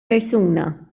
persuna